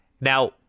Now